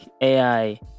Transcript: AI